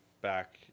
back